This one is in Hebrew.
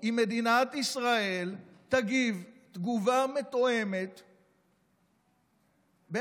אם מדינת ישראל תגיב תגובה מתואמת בעזה.